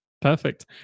Perfect